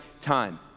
time